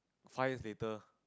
five years later